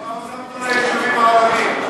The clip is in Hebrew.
כמה הוספת ליישובים הערביים?